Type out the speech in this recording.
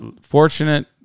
fortunate